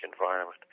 environment